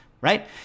right